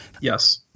yes